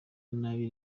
nabi